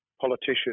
politician